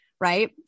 Right